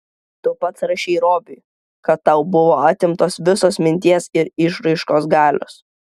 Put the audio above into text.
tu pats rašei robiui kad tau buvo atimtos visos minties ir išraiškos galios